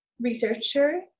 researcher